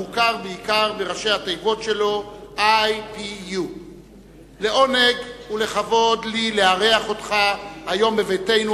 המוכר בעיקר בראשי התיבות של IPU. לעונג ולכבוד לי לארח אותך היום בביתנו,